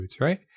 right